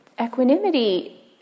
equanimity